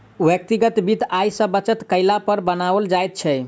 व्यक्तिगत वित्त आय सॅ बचत कयला पर बनाओल जाइत छै